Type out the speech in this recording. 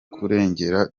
kurengera